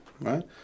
right